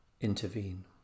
intervene